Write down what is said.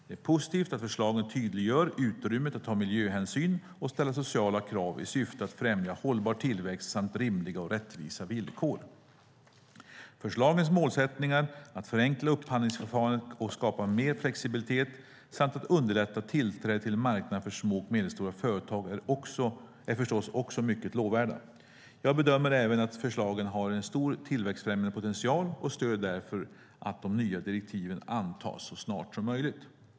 Det är positivt att förslagen tydliggör utrymmet att ta miljöhänsyn och ställa sociala krav i syfte att främja hållbar tillväxt samt rimliga och rättvisa villkor. Förslagens målsättningar att förenkla upphandlingsförfarandet och skapa mer flexibilitet samt att underlätta tillträdet till marknaden för små och medelstora företag är förstås också mycket lovvärda. Jag bedömer även att förslagen har en stor tillväxtfrämjande potential och stöder därför att de nya direktiven antas så snart som möjligt.